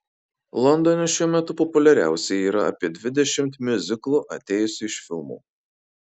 londone šiuo metu populiariausi yra apie dvidešimt miuziklų atėjusių iš filmų